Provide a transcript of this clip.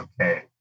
okay